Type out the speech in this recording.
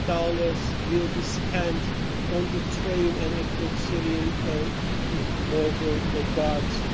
dollars will be spent on the train and equip syrian ah border ah guards.